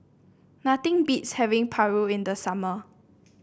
nothing beats having Paru in the summer